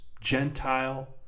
Gentile